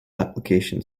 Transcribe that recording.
application